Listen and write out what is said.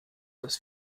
dass